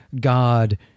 God